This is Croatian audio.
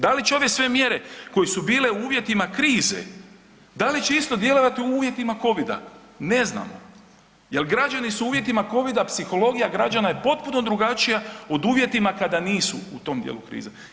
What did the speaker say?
Da li će ove sve mjere koje su bile u uvjetima krize, da li će isto djelovati u uvjetima Covida, ne znamo, jel građani su u uvjetima Covida, psihologija građana je potpuno drugačija od uvjetima kada nisu u tom dijelu krize.